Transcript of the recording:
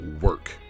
work